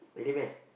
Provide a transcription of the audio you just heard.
really meh